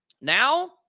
Now